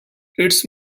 its